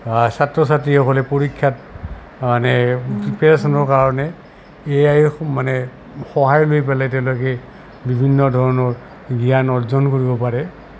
ছাত্ৰ ছাত্ৰীসকলে পৰীক্ষাত মানে প্ৰিপেৰেশ্যনৰ কাৰণে এ আই মানে সহায় লৈ পেলাই তেওঁলোকে বিভিন্ন ধৰণৰ জ্ঞান অৰ্জন কৰিব পাৰে